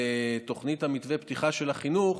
בתוכנית מתווה הפתיחה של החינוך